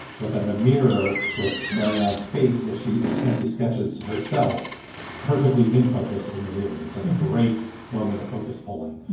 but then the mirror with marion's marion's face as she intently sketches herself perfectly in focus in the mirror. it's like a great moment of focus pulling,